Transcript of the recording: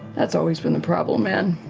that's always been the problem, man.